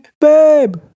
babe